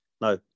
No